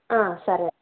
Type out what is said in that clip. సరే